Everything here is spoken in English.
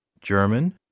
German